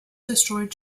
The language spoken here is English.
destroyed